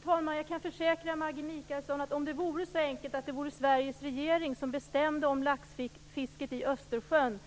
Fru talman! Jag kan försäkra Maggi Mikaelsson att om det vore så enkelt att Sveriges regering bestämde om laxfisket i Östersjön